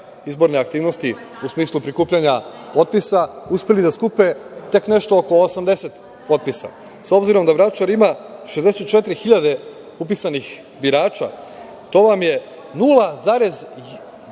izborne aktivnosti, u smislu prikupljanja potpisa, uspeli da skupe tek nešto oko 80 potpisa? S obzirom da Vračar ima 64.000 upisanih birača, to vam je 0,12%.